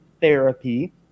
therapy